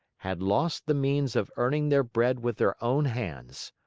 had lost the means of earning their bread with their own hands.